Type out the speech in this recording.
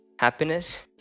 Happiness